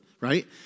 right